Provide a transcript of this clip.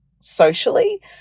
socially